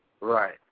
Right